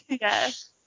Yes